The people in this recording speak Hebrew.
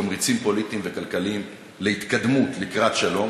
תמריצים פוליטיים וכלכליים להתקדמות לקראת שלום.